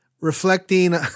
reflecting